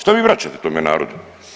Šta vi vraćate tome narodu?